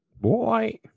Boy